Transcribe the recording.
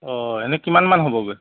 অঁ এনেই কিমানমান হ'বগৈ